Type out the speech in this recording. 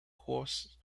costs